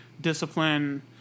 discipline